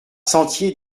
sentier